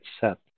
set